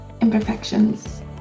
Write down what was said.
imperfections